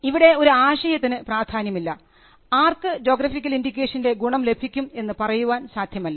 ഇവിടെ ഒരു ആശയത്തിന് പ്രാധാന്യം ഇല്ല ആർക്ക് ജോഗ്രഫിക്കൽ ഇൻഡിക്കേഷൻറെ ഗുണം ലഭിക്കും എന്നു പറയുവാൻ സാധ്യമല്ല